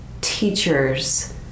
teachers